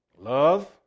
Love